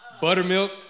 Buttermilk